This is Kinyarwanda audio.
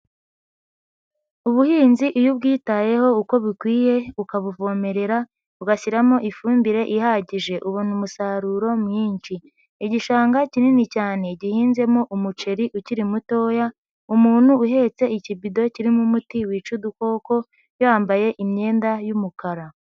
Ubuhinzi iyo ubwitayeho uko bikwiye, ukabuvomerera, ugashyiramo ifumbire ihagije ubona umusaruro mwinshi. Igishanga kinini cyane gihinzemo umuceri ukiri mutoya, umuntu uhetse ikibido kirimo umuti wica udukoko yambaye imyenda y'umukara.